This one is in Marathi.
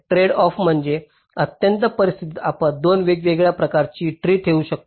ट्रेडऑफ म्हणजे अत्यंत परिस्थितीत आपण 2 वेगवेगळ्या प्रकारची ट्रीे ठेवू शकतो